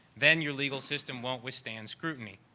then your legal system won't withstand scrutiny.